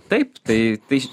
taip tai tai ši